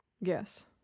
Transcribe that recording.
Yes